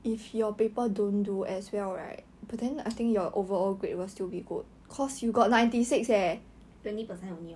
twenty percent only [what]